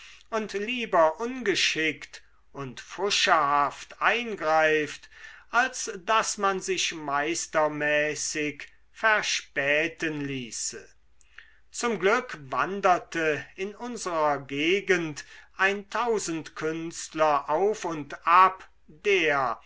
und lieber ungeschickt und pfuscherhaft eingreift als daß man sich meistermäßig verspäten ließe zum glück wanderte in unserer gegend ein tausendkünstler auf und ab der